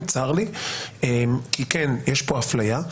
צר לי כי כן יש פה אפליה,